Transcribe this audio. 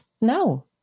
no